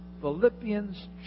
Philippians